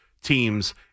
teams